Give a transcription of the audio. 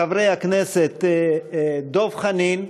חברי הכנסת דב חנין,